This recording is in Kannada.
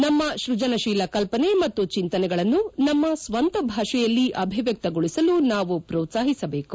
ನಮ್ನ ಸ್ಫಜನತೀಲ ಕಲ್ಲನೆ ಮತ್ತು ಚಿಂತನೆಗಳನ್ನು ನಮ್ನ ಸ್ತಂತ ಭಾಷೆಯಲ್ಲಿ ಅಭಿವ್ಯಕ್ತಗೊಳಿಸಲು ನಾವು ಪ್ರೋತ್ಪಾಹಿಸಬೇಕು